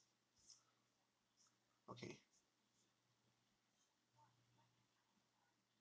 okay